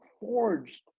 forged